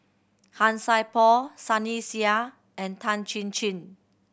Han Sai Por Sunny Sia and Tan Chin Chin